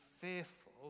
fearful